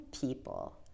people